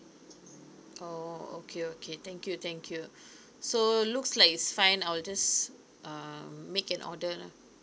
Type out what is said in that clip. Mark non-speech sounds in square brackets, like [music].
oh okay okay thank you thank you [breath] so looks like it's fine I will just um make an order lah